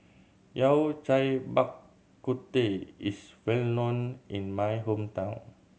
Yao Cai Bak Kut Teh is well known in my hometown